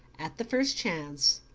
at the first chance,